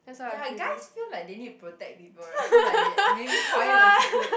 ya guys feel like they need to protect people right so like they maybe quiet also good